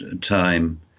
time